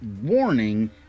warning